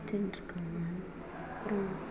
அப்புறம்